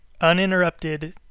Uninterrupted